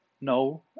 No